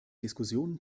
diskussionen